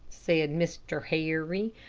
said mr. harry.